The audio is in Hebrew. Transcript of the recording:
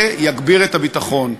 זה יגביר את הביטחון.